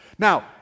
Now